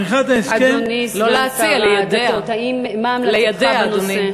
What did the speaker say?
לא להציע, ליידע.